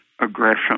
aggression